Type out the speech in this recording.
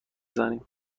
زنیم